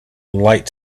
light